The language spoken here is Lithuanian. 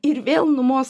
ir vėl numos